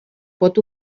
pot